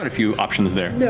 ah few options there. yeah